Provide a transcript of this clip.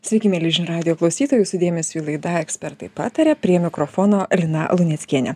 sveiki mieli žinių radijo klausytojai dėmesiui laida ekspertai pataria prie mikrofono lina luneckienė